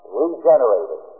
regenerated